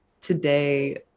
today